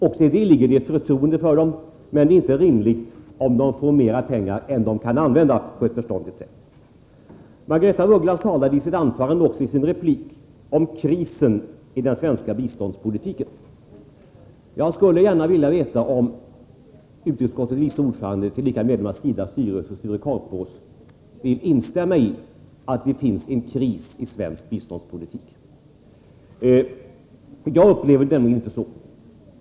Också i detta ligger ett förtroende för dem. Det är inte rimligt att de får mera pengar än de kan använda på ett förnuftigt sätt. Margaretha af Ugglas talade i sitt anförande och även i sin replik om krisen i den svenska biståndspolitiken. Jag skulle gärna vilja veta om utrikesutskottets vice ordförande, tillika medlemmen i SIDA:s styrelse, Sture Korpås vill instämma i att det förekommer en kris i svenskt biståndspolitik. Jag upplever det nämligen inte så.